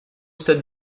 stade